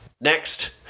next